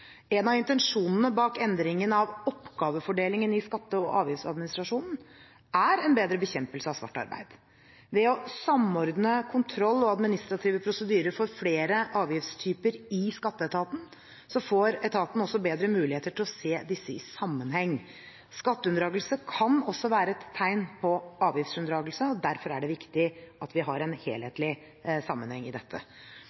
En av intensjonene bak endringen av oppgavefordelingen i skatte- og avgiftsadministrasjonen er en bedre bekjempelse av svart arbeid. Ved å samordne kontroll og administrative prosedyrer for flere avgiftstyper i skatteetaten får etaten også bedre muligheter til å se disse i sammenheng. Skatteunndragelse kan også være et tegn på avgiftsunndragelse, og derfor er det viktig at vi har en